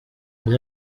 iyo